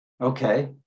Okay